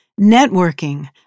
Networking